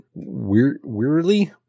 Weirly